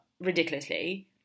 ridiculously